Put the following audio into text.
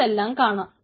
ഇതെല്ലാം കാണാം